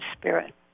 spirit